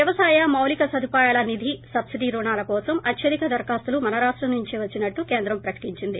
వ్యవసాయ మౌలిక సదుపాయాల నిధి సబ్బిడీ రుణాల కోసం అత్యధిక దరఖాస్తులు మన రాష్టం నుంచే వచ్చినట్లు కేంద్రం ప్రకటించింది